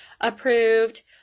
approved